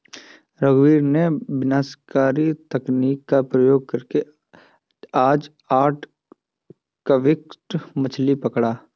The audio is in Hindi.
रघुवीर ने विनाशकारी तकनीक का प्रयोग करके आज आठ क्विंटल मछ्ली पकड़ा